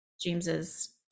James's